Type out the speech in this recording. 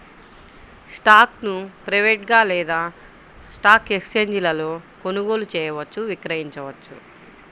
స్టాక్ను ప్రైవేట్గా లేదా స్టాక్ ఎక్స్ఛేంజీలలో కొనుగోలు చేయవచ్చు, విక్రయించవచ్చు